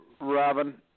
Robin